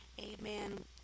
amen